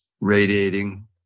Radiating